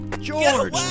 George